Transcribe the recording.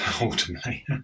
ultimately